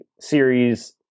series